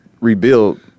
rebuild